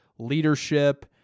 leadership